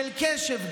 של קשב,